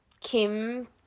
Kim